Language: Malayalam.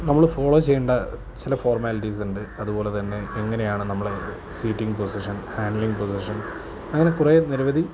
നമ്മൾ ഫോളോ ചെയ്യേണ്ട ചില ഫോർമാലിറ്റീസ് ഉണ്ട് അതുപോലെ തന്നെ എങ്ങനെയാണ് നമ്മളെ സീറ്റിംങ് പൊസിഷൻ ഹാൻഡലിംഗ് പൊസിഷൻ അങ്ങനെ കുറേ നിരവധി